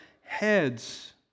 heads